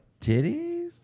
titties